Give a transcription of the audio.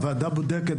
הוועדה בודקת,